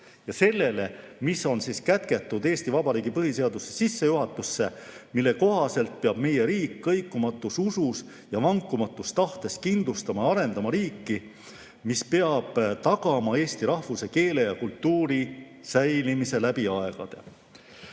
ja sellele, mis on kätketud Eesti Vabariigi põhiseaduse sissejuhatusse, mille kohaselt peab meie riik kõikumatus usus ja vankumatus tahtes kindlustama ja arendama riiki, mis peab tagama eesti rahvuse, keele ja kultuuri säilimise läbi aegade.